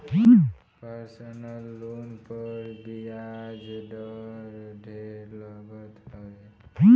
personal loan पर बियाज दर ढेर लागत हवे